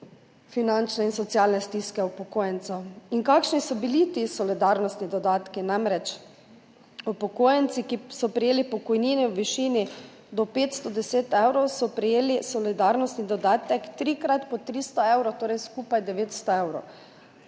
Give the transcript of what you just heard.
finančne in socialne stiske upokojencev. Kakšni so bili ti solidarnostni dodatki? Upokojenci, ki so prejeli pokojnine v višini do 510 evrov, so prejeli solidarnostni dodatek trikrat po 300 evrov, torej skupaj 900 evrov,